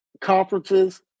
conferences